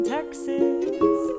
Texas